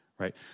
Right